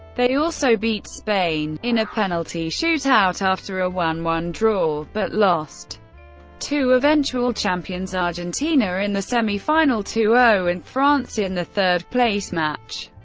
they also beat spain, in a penalty shoot-out after a one one draw, but lost to eventual champions argentina in the semi-final two zero, and france in the third-place match.